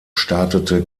startete